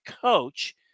coach